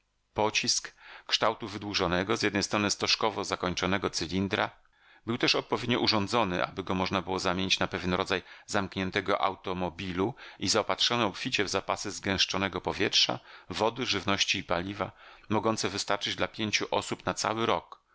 żyć pocisk kształtu wydłużonego z jednej strony stożkowo zakończonego cylindra był też odpowiednio urządzony aby go można zamienić na pewien rodzaj zamkniętego automobilu i zaopatrzony obficie w zapasy zgęszczonego powietrza wody żywności i paliwa mogące wystarczyć dla pięciu osób na cały rok